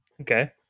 Okay